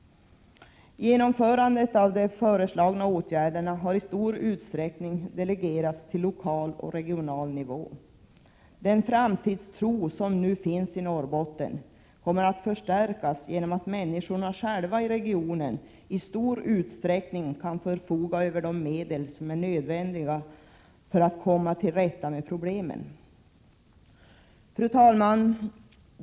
Genomförandet av de föreslagna åtgärderna har i stor utsträckning delegerats till lokal och regional nivå. Den framtidstro som nu finns i Norrbotten kommer att förstärkas genom att människorna i regionen i stor utsträckning själva kan förfoga över de medel som är nödvändiga för att komma till rätta med problemen. Fru talman!